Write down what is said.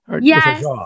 Yes